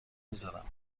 میذارم